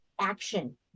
action